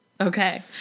Okay